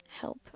help